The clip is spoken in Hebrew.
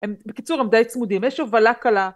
בקיצור הם די צמודים, יש הובלה קלה.